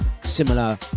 similar